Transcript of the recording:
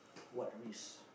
what risk